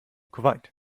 kuwait